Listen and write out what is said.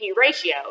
ratio